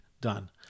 done